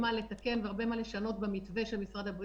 אנחנו מדברים על שלושה סוגים של מעונות מוסדיים.